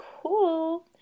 cool